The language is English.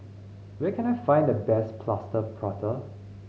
where can I find the best Plaster Prata